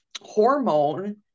hormone